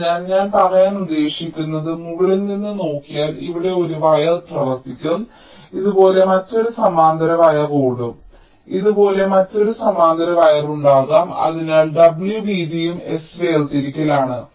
അതിനാൽ ഞാൻ പറയാൻ ഉദ്ദേശിക്കുന്നത് മുകളിൽ നിന്ന് നോക്കിയാൽ ഇവിടെ ഒരു വയർ പ്രവർത്തിക്കും ഇതുപോലെ മറ്റൊരു സമാന്തര വയർ ഓടാം ഇതുപോലുള്ള മറ്റൊരു സമാന്തര വയർ ഉണ്ടാകാം അതിനാൽ w വീതിയും s വേർതിരിക്കലാണ്